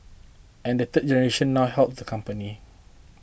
and the third generation now helms the company